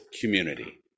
community